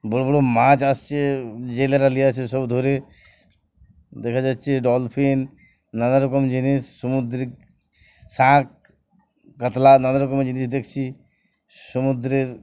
বড় বড় মাছ আসছে জেলেরা নিয়ে আছে সব ধরে দেখা যাচ্ছে ডলফিন নানারকম জিনিস সামুদ্রিক শাঁখ কাতলা নানারকমের জিনিস দেখছি সমুদ্রের